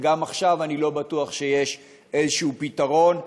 וגם עכשיו אני לא בטוח שיש איזשהו פתרון,